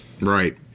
right